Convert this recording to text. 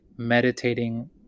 meditating